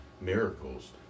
Miracles